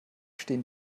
stehen